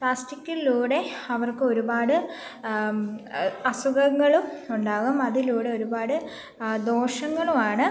പ്ലാസ്റ്റിക്കിലൂടെ അവർക്കൊരുപാട് അസുഖങ്ങളും ഉണ്ടാകും അതിലൂടെ ഒരുപാട് ദോഷങ്ങളുമാണ്